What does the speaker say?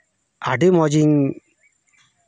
ᱟᱹᱰᱤ ᱢᱚᱡᱤᱧ